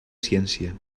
ciència